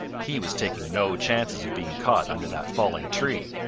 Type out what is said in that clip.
he was taking no chances of being caught under that falling tree.